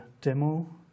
demo